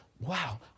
Wow